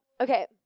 okay